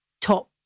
top